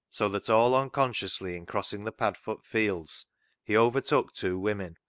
so that all un consciously in crossing the padfoot fields he overtook two women,